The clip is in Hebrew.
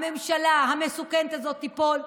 הממשלה המסוכנת הזאת תיפול,